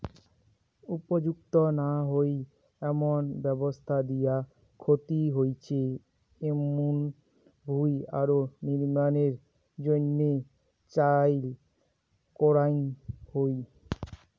উপযুক্ত না হই এমন ব্যবস্থা দিয়া ক্ষতি হইচে এমুন ভুঁই আরো নির্মাণের জইন্যে চইল করাঙ হই